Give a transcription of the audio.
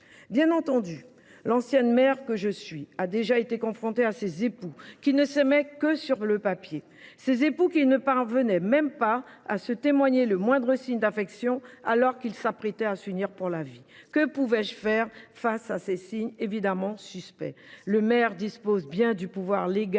Bien entendu, l’ancienne maire que je suis a déjà été confrontée à ces époux qui ne s’aimaient que sur le papier, ces époux qui ne parvenaient même pas à se témoigner le moindre signe d’affection, alors qu’ils s’apprêtaient à s’unir pour la vie… Que pouvais je faire face à ces signes évidemment suspects ? Le maire dispose bien du pouvoir légal